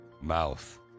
mouth